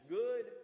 good